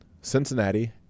Cincinnati